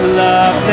love